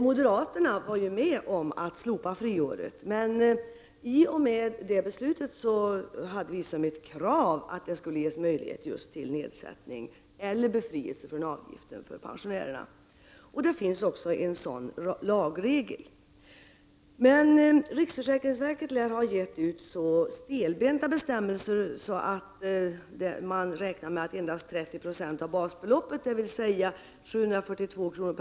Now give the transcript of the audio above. Moderaterna var med om att slopa friåret. I samband med det beslutet hade vi dock som krav att det skulle ges möjlighet till nedsättning eller befrielse från avgiften för pensionärerna. Det finns också en sådan lagregel. Riksförsäkringsverket lär emellertid ha gett ut så stelbenta bestämmelser att man räknar med att endast 30 96 av basbeloppet, dvs. 742 kr.